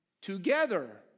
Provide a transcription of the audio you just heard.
Together